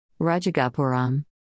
Rajagopuram